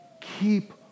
Keep